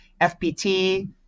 FPT